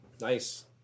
Nice